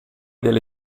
della